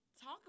talk